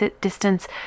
distance